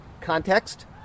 Context